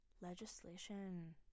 legislation